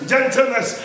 Gentleness